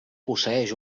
posseïx